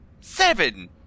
Seven